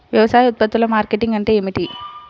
వ్యవసాయ ఉత్పత్తుల మార్కెటింగ్ అంటే ఏమిటి?